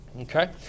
Okay